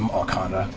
um arcana,